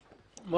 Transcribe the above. אני